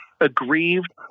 aggrieved